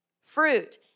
fruit